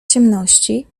ciemności